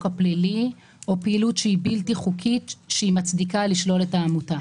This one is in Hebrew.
הפלילי או פעילות שהיא בלתי חוקית שמצדיקה לשלול את העמותה.